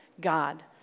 God